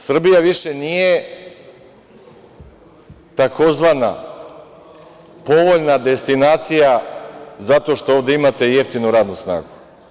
Srbija više nije tzv. „povoljna destinacija“ zato što ovde imate jeftinu radnu snagu.